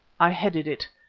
i headed it,